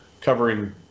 covering